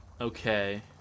Okay